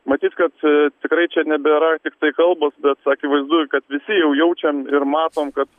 matyt kad tikrai čia nebėra tiktai kalbos bet akivaizdu kad visi jau jaučiam ir matom kad